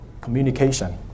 communication